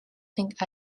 think